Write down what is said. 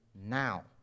now